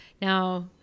now